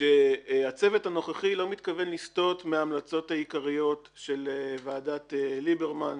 שהצוות הנוכחי לא מתכוון לסתות מההמלצות העיקריות של ועדת ליברמן,